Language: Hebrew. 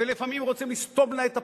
ולפעמים רוצים לסתום לה את הפה,